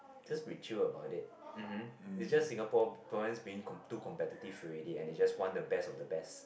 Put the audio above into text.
just be chill about it mmm hmm it's just Singapore people being too competitive already and they just want the best of the best